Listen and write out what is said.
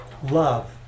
Love